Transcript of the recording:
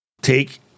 Take